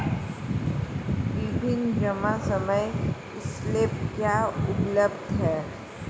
विभिन्न जमा समय स्लैब क्या उपलब्ध हैं?